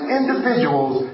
individuals